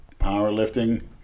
powerlifting